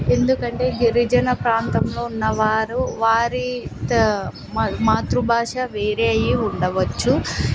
ఎందుకంటే గిరిజన ప్రాంతంలో ఉన్నవారు వారి త మా మాతృభాష వేరే అయ్యి ఉండవచ్చు